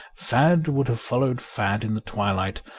fad would have followed fad in the twilight,